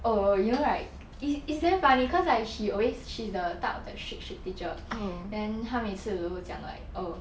oh you know right it it's damn funny cause like she always she's the type of that shake shake teacher then 他每次都讲 like oh